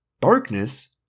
Darkness